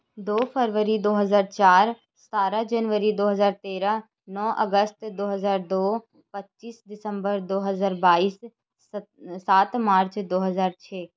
ਦੋ ਫਰਵਰੀ ਦੋ ਹਜ਼ਾਰ ਚਾਰ ਸਤਾਰਾਂ ਜਨਵਰੀ ਦੋ ਹਜ਼ਾਰ ਤੇਰਾਂ ਨੌਂ ਅਗਸਤ ਦੋ ਹਜ਼ਾਰ ਦੋ ਪੰਝੀ ਦਸੰਬਰ ਦੋ ਹਜ਼ਾਰ ਬਾਈ ਸ ਸੱਤ ਮਾਰਚ ਦੋ ਹਜ਼ਾਰ ਛੇ